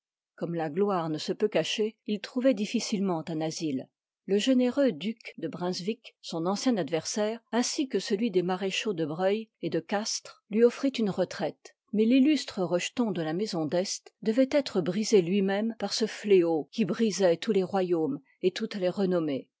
comme la gloire ne se peut cacher il trouvoit difficilement un asile le généreux duc de brunswick son ancien adversaire ainsi que celui des maréchaux de broglie et de castries lui offrit une retraite mais tillustre rejeton de la maison i'est devoit être brisé lui-même par ce fléau qui brisoit tous les royaumes et toutes les renommées